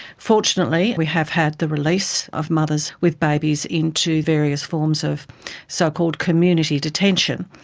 fortunately we have had the release of mothers with babies into various forms of so-called community detention,